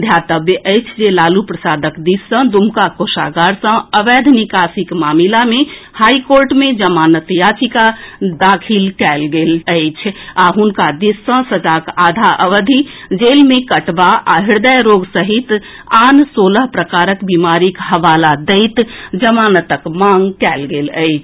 ध्यातव्य अछि जे लालू प्रसादक दिस सँ दुमका कोषागार सँ अवैध निकासीक मामिला मे हाई कोर्ट मे जमानत याचिका दाखिल कएल गेल अछि आ हुनका दिस सँ सजाक आधा अवधि जेल मे कटबा आ हृदय रोग सहित अन्य सोलह प्रकारक बीमारीक हवाला दैत जमानतक मांग कएल गेल अछि